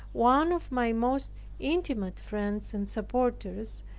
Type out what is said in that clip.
one of my most intimate friends and supporters,